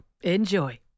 Enjoy